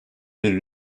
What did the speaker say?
bir